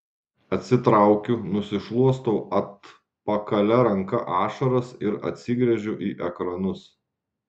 atsitraukiu nusišluostau atpakalia ranka ašaras ir atsigręžiu į ekranus